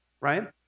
right